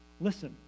Listen